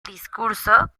discurso